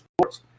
sports